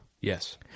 Yes